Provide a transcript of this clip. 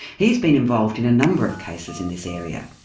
he's been involved in a number of cases in this area.